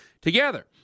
together